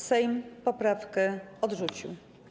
Sejm poprawkę odrzucił.